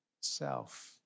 self